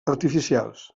artificials